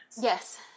Yes